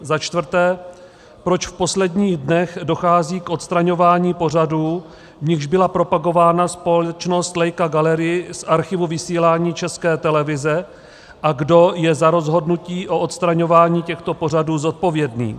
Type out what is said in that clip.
Za čtvrté: Proč v posledních dnech dochází k odstraňování pořadů, v nichž byla propagována společnost Leica Gallery, z archivu vysílání České televize a kdo je za rozhodnutí o odstraňování těchto pořadů zodpovědný?